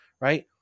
right